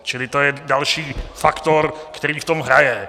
Čili to je další faktor, který v tom hraje.